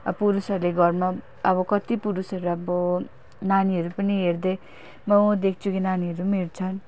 अब पुरुषहरूले घरमा अब कति पुरुषहरू अब नानीहरू पनि हेर्दै म देख्छु कि नानीहरू पनि हेर्छन्